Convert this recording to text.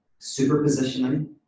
superpositioning